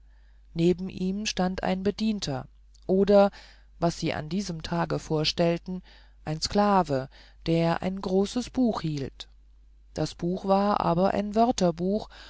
neben ihm stand ein bedienter oder was sie an diesem tage vorstellten ein sklave der ein großes buch hielt das buch war aber ein wörterbuch